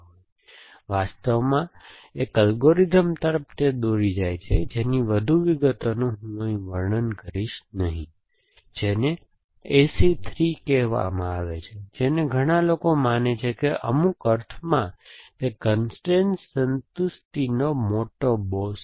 તે વાસ્તવમાં એક અલ્ગોરિધમ તરફ દોરી જાય છે જેની વધુ વિગતોનું હું અહીં વર્ણન કરીશ નહીં જેને AC 3 કહેવામાં આવે છે જેને ઘણા લોકો માને છે કે અમુક અર્થમાં તે કન્સ્ટ્રેઇન સંતુષ્ટિનો મોટો બોસ છે